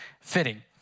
fitting